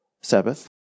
Sabbath